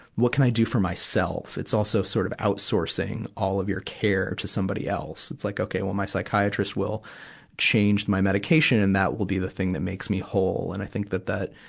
what can i do for myself? it's also sort of outsourcing all of your care to somebody else. it's like, okay, well my psychiatrist will change my medication. and that will be the thing that makes me whole. and i think that that,